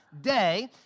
day